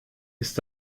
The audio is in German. ist